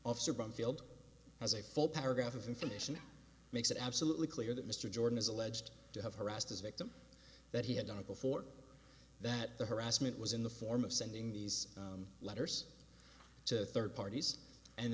officer brumfield has a full paragraph of information makes it absolutely clear that mr jordan is alleged to have harassed his victim that he had done it before that the harassment was in the form of sending these letters to third parties and